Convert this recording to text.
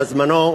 בזמנו,